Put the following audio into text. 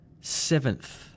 Seventh